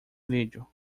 vídeo